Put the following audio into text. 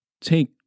take